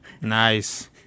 Nice